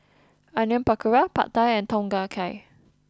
Onion Pakora Pad Thai and Tom Kha Gai